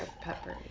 Pepper